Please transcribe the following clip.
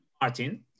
Martin